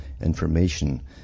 information